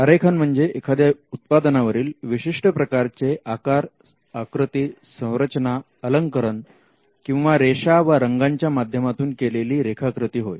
आरेखन म्हणजे एखाद्या उत्पादनावरील विशिष्ट प्रकारचे आकार आकृती संरचना अलंकरण किंवा रेषा वा रंगांच्या माध्यमातून केलेली रेखाकृती होय